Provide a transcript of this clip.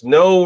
no